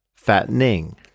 Fattening